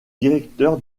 directeur